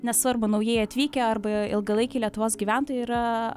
nesvarbu naujai atvykę arba ilgalaikiai lietuvos gyventojai yra